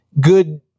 good